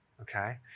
Okay